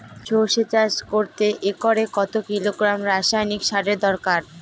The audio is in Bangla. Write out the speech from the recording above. সরষে চাষ করতে একরে কত কিলোগ্রাম রাসায়নি সারের দরকার?